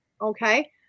okay